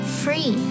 free